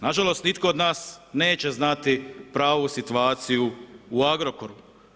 Nažalost nitko od nas neće znati pravu situaciju u Agrokoru.